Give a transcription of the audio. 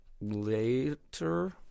Later